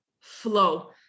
flow